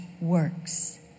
works